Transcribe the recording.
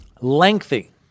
lengthy